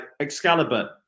Excalibur